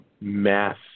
mass